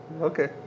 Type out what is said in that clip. Okay